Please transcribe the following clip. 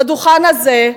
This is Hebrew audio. על הדוכן הזה,